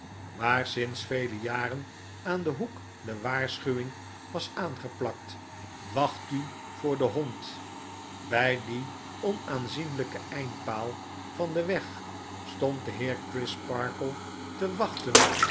waar sinds vele jaren aan den hoek pde waarschuwing was aangeplakt wacht u voor den hond bij dien onaanzienljjken eindpaal van den weg stond de heer crisparkle te wachten